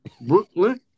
Brooklyn